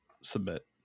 submit